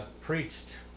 preached